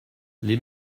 les